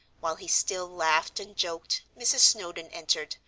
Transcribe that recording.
while he still laughed and joked, mrs. snowdon entered,